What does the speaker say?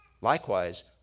Likewise